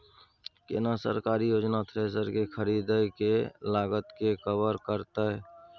केना सरकारी योजना थ्रेसर के खरीदय के लागत के कवर करतय?